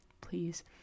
Please